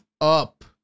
up